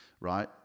Right